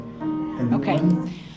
Okay